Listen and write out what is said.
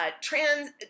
trans